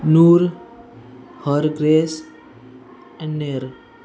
Noor Hargreaves and Ner